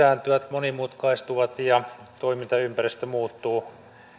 lisääntyvät monimutkaistuvat ja toimintaympäristö muuttuu